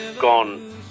gone